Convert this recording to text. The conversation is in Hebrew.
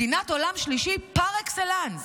מדינת עולם שלישי פר אקסלנס.